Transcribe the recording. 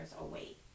away